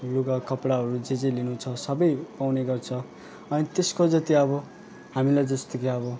लुगा कपडाहरू जे जे लिनु छ सबै पाउने गर्छ अनि त्यसको जति अब हामीलाई जस्तो कि अब